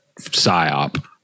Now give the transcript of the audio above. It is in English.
psyop